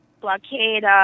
blockade